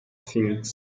things